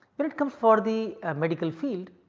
but it comes for the medical field,